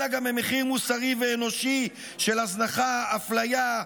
אלא גם במחיר מוסרי ואנושי של הזנחה, אפליה,